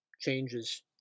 changes